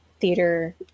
theater